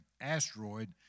asteroid